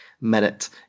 minute